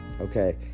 Okay